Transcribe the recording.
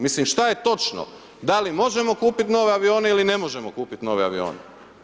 Mislim što je točno, da li možemo kupiti nove avione ili ne možemo kupiti nove avione?